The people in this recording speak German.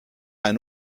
ein